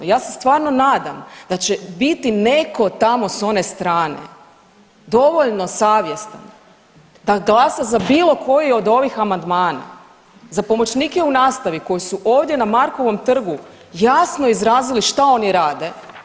Ja se stvarnom nadam da će biti netko tako s one strane dovoljno savjestan da glasa za bilo koji od ovih amandmana za pomoćnike u nastavi koji su ovdje na Markovom trgu jasno izrazili šta oni rade.